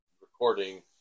recording